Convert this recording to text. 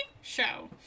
show